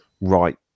right